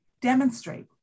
demonstrate